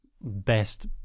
best